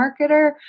marketer